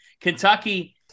Kentucky